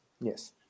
yes